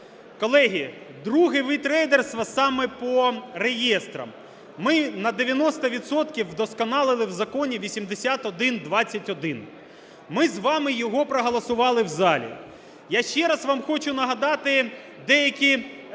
Колеги, другий вид рейдерства - саме по реєстрам. Ми на 90 відсотків вдосконалили в Законі 8121, ми з вами його проголосували в залі. Я ще раз вам хочу нагадати деякі